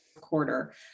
quarter